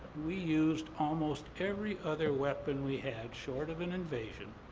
we used almost every other weapon we had short of an invasion,